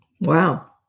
Wow